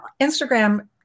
Instagram